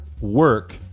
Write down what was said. work